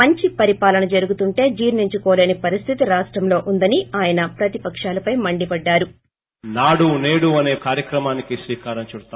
మంచి పరిపాలన జరుగుతుంటే జీర్ణించుకోలేని పరిస్లితి రాష్టంలో వుందని ఆయన ప్రతిపకాలపై మండి పడ్డారు